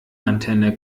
antenne